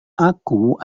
aku